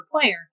player